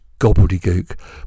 gobbledygook